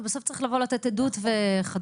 ובסוף צריך לתת עדות וכדומה.